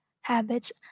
habits